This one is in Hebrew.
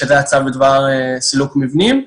שזה הצו בדבר סילוק מבנים.